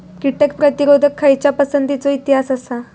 कीटक प्रतिरोधक खयच्या पसंतीचो इतिहास आसा?